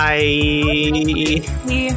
Bye